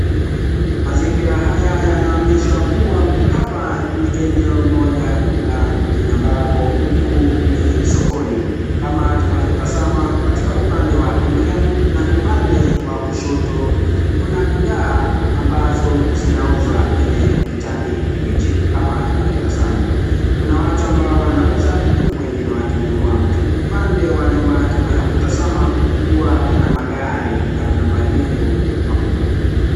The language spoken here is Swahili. Mazingira haya yanainyeshwa kuwa hapa ni sehemu moja la nje ambapo huku ni sokoni. Kama tunavyotazama katika upande wa kulia na upande wa kushoto kuna bidhaa ambazo zinauzwa yenye kijani kibichi kama tunavyo tazama. Kuna watu ambao wanauza huku wengine wakinunua. Upande wa nyuma tunatazama kuwa kuna magari na kuna majengo kubwa.